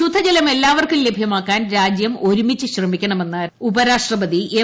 ശുദ്ധജലം എല്ലാവർക്കും ലഭ്യമാക്കാൻ രാജ്യം ഒരുമിച്ച് ശ്രമിക്കണമെന്ന് ഉപരാഷ്ട്രപതി എം